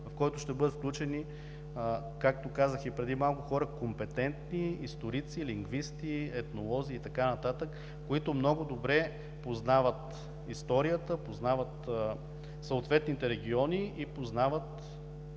в който ще бъдат включени, както казах и преди малко – хора компетентни, историци, лингвисти, етнолози и така нататък, които много добре познават историята, познават съответните региони и ситуацията